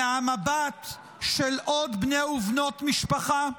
מהמבט של עוד בני ובנות משפחה?